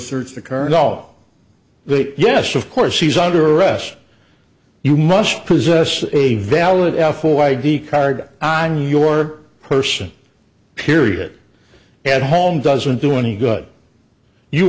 search the car and all the yes of course she's under arrest you must possess a valid f or id card on your person period at home doesn't do any good you